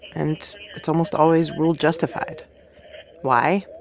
and that's almost always ruled justified why?